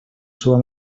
seua